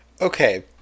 Okay